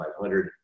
500